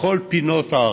בכל פינות הארץ,